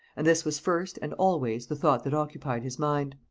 and this was first and always the thought that occupied his mind.